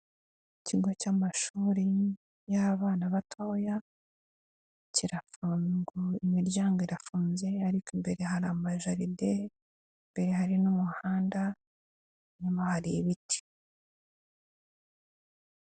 Ikigo cy'amashuri y'abana batoya, kirafungu, imiryango irafunze ariko imbere hari amajaride, imbere hari n'umuhanda, inyuma hari ibiti.